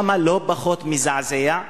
שם לא פחות מזעזע,